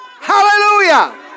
Hallelujah